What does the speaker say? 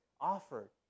offered